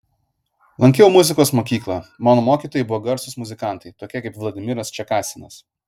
lankiau muzikos mokyklą mano mokytojai buvo garsūs muzikantai tokie kaip vladimiras čekasinas